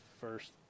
first